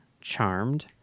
Charmed